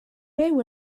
byw